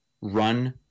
run